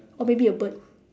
or maybe a bird